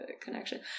connection